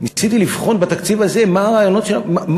ניסיתי לבחון בתקציב הזה מה הרעיונות, מה